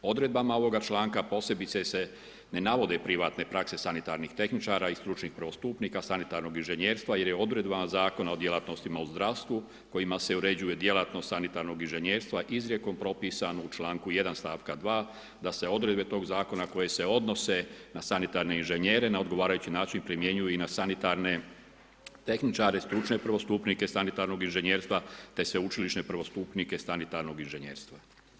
Odredbama ovoga čl. posebice se ne navode privatne prakse sanitarnih tehničara i stručnih prvostupnika, sanitarnog inženjerstva, jer je odredbama zakona o djelatnosti u zdravstvu kojima se uređuje djelatnost sanitarnog inženjerstva, izrijekom propisan u čl. 1. stavku 2. da se odredbe tog zakona, koji se odnose na sanitarne inženjere na odgovarajući način primjenjuju i na sanitarne tehničare, stručne prvostupnika sanitarnog inženjerstva te sveučilišne prvostupnika sanitarnog inženjerstva.